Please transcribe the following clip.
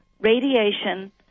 radiation